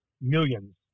millions